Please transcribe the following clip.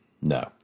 No